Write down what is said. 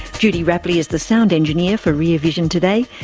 judy rapley is the sound engineer for rear vision today.